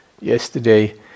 yesterday